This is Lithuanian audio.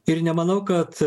ir nemanau kad